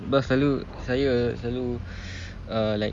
sebab selalu saya selalu uh like